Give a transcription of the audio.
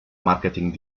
màrqueting